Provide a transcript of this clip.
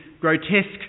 grotesque